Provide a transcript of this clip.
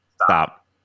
stop